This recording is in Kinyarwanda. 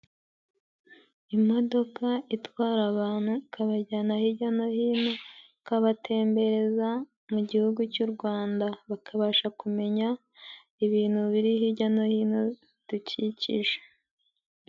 Imodoka itwara abantu ikabajyana hijya no hino, ikabatembereza mu gihugu cy'u Rwanda, bakabasha kumenya ibintu biri hijya no hino bidukikije.